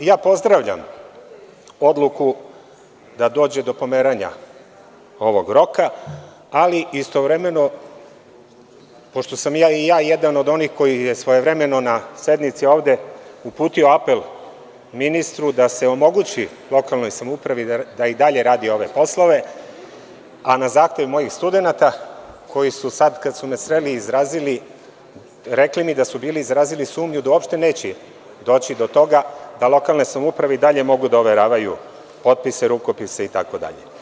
I ja pozdravljam odluku da dođe do pomeranja ovog roka, ali istovremeno, pošto sam i ja jedna od onih koji je na sednici svojevremeno ovde uputio apel ministru da se omogući lokalnoj samoupravi, da i dalje radi ove poslove, a na zahtev ovih studenata koji su sada, kada su me sreli, izrazili, rekli mi da su izrazili sumnju da uopšte neće doći do toga, da lokalne samouprave i dalje mogu da overavaju potpise, rukopise itd.